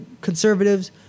conservatives